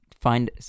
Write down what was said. find